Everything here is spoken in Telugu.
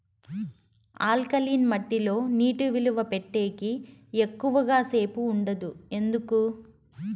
ఆల్కలీన్ మట్టి లో నీటి నిలువ పెట్టేకి ఎక్కువగా సేపు ఉండదు ఎందుకు